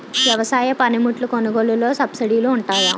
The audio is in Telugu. వ్యవసాయ పనిముట్లు కొనుగోలు లొ సబ్సిడీ లు వుంటాయా?